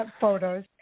photos